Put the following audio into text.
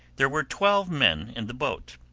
there were twelve men in the boat,